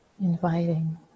Inviting